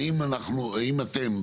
האם אתם,